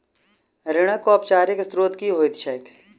ऋणक औपचारिक स्त्रोत की होइत छैक?